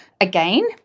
again